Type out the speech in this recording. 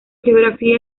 geografía